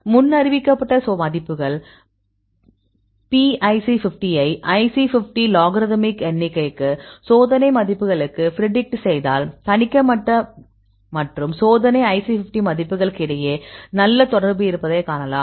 முன்னறிவிக்கப்பட்ட மதிப்புகள் pIC50 ஐ IC50 logarithmic எண்ணிக்கை சோதனை மதிப்புகளுக்கு ப்ரீடிக்ட் செய்தால் கணிக்கப்பட்ட மற்றும் சோதனை IC50 மதிப்புகளுக்கு இடையே நல்ல தொடர்பு இருப்பதை காணலாம்